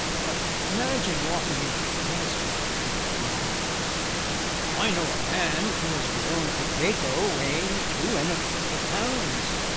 but imagine walking into a tennis club with the remark i know a man who has grown a potato weighing two and a quarter pounds